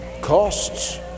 Costs